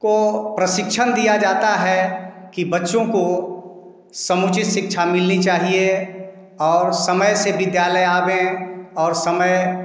को प्रशिक्षण दिया जाता है कि बच्चों को समुचित शिक्षा मिलनी चाहिए और समय से विद्यालय आएं और समय